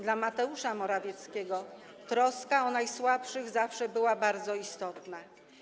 Dla Mateusza Morawieckiego troska o najsłabszych zawsze była bardzo istotna.